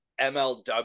MLW